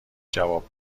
جواب